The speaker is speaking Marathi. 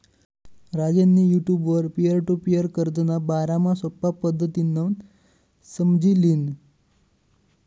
राजेंनी युटुबवर पीअर टु पीअर कर्जना बारामा सोपा पद्धतीनं समझी ल्हिनं